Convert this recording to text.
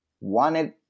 wanted